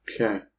Okay